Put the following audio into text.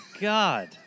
God